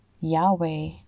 Yahweh